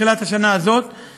תחילת השנה הזאת,